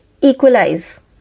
Equalize